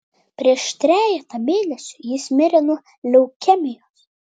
prieš trejetą mėnesių jis mirė nuo leukemijos